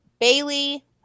Bailey